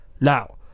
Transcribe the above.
now